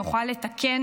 נוכל לתקן,